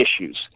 issues